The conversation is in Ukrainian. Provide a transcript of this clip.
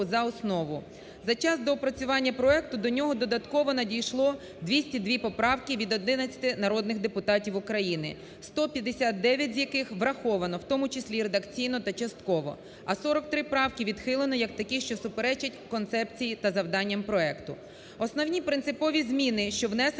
За час доопрацювання проекту до нього додатково надійшло 202 поправки від 11 народних депутатів України, 159 з яких враховано, в тому числі редакційно та частково, а 43 правки відхилено як такі, що суперечать концепції та завданням проекту. Основні принципові зміни, що внесені до редакції